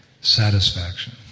satisfaction